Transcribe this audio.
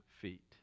feet